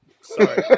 Sorry